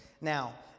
Now